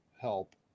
help